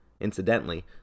Incidentally